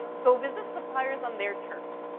go visit suppliers on their turf.